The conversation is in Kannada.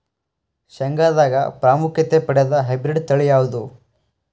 ಶೇಂಗಾದಾಗ ಪ್ರಾಮುಖ್ಯತೆ ಪಡೆದ ಹೈಬ್ರಿಡ್ ತಳಿ ಯಾವುದು?